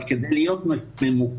אבל כדי להיות ממוקד,